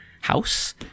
house